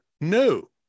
No